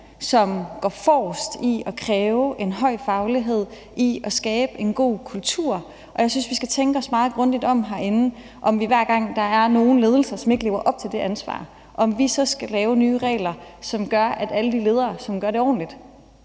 som går forrest med at kræve en høj faglighed og med at skabe en god kultur, og jeg synes, at vi skal tænke os meget grundigt om herinde; altså om vi så hver gang, der er nogle ledelser, som ikke lever op til det ansvar, skal lave nye regler, som gør, at alle de ledere, som gør det ordentligt,